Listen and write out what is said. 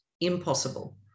impossible